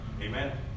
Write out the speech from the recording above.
Amen